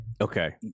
Okay